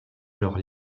genre